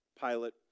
pilot